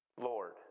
Lord